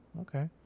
Okay